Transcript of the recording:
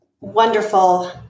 wonderful